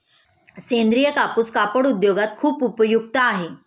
सेंद्रीय कापूस कापड उद्योगात खूप उपयुक्त आहे